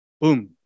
boom